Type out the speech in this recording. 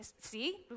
see